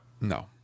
No